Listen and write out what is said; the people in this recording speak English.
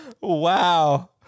Wow